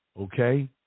okay